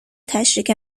تشریک